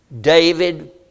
David